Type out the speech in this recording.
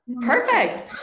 Perfect